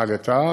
עמדת,